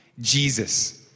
Jesus